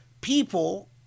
people